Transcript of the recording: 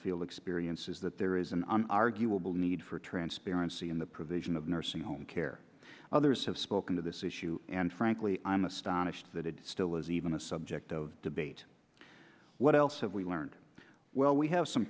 morefield experience is that there is an arguable need for transparency in the provision of nursing home care others have spoken to this issue and frankly i'm astonished that it still is even a subject of debate what else have we learned well we have some